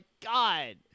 God